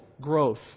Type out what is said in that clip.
growth